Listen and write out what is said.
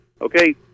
okay